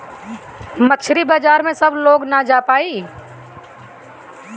मछरी बाजार में सब लोग ना जा पाई